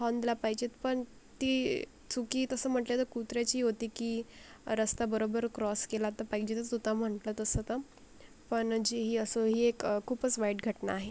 horn दिला पाहिजे पण ती चुकी तसं म्हटलं तर कुत्र्याची होती की रस्ता बरोबर क्रॉस केला तर पाहिजेच होता म्हटलं तसं तर पण जेही असं ही एक खूपच वाईट घटना आहे